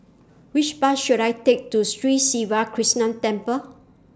Which Bus should I Take to Sri Siva Krishna Temple